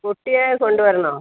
കുട്ടിയെ കൊണ്ടുവരണോ